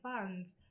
fans